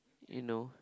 you know